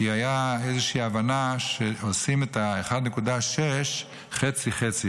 כי הייתה איזושהי הבנה שעושים את ה-1.6% חצי-חצי,